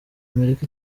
amerika